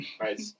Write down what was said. Right